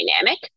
dynamic